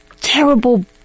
terrible